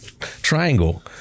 triangle